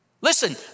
Listen